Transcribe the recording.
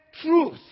truth